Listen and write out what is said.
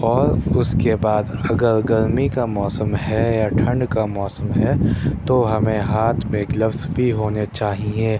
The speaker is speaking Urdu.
اور اس کے بعد اگر گرمی کا موسم ہے یا ٹھنڈ کا موسم ہے تو ہمیں ہاتھ میں گلفز بھی ہونے چاہئیں